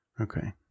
Okay